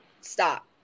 stop